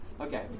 Okay